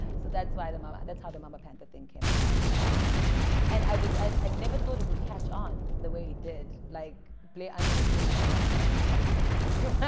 so that's why the mama that's how the mama pantha thing came about and i was i'd never thought it would catch on the way it did like blair underwood calls me mama pantha. i'm just like